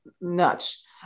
nuts